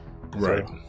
Right